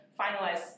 finalize